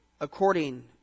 according